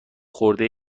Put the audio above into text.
خورده